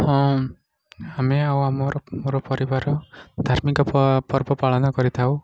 ହଁ ଆମେ ଆଉ ଆମର ମୋର ପରିବାର ଧାର୍ମିକ ପର୍ବ ପାଳନ କରିଥାଉ